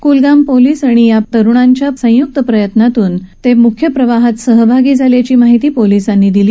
Kulgam police आणि या तरुणांच्या संयुक्त प्रयत्नांतुन हे तरुण मुख्य प्रवाहात सहभागी झाल्याची माहिती पोलिसांनी दिली